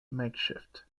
makeshift